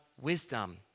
wisdom